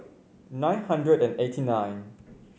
nine hundred and eighty nine